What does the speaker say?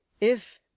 If